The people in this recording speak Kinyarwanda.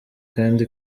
kandi